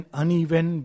uneven